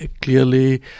clearly